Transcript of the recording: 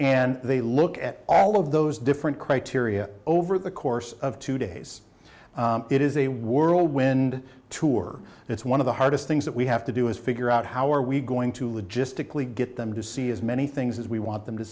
and they look at all of those different criteria over the course of two days it is a whirlwind tour it's one of the hardest things that we have to do is figure out how are we going to logistically get them to see as many things as we want them to